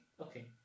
Okay